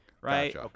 right